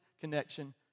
connection